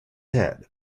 head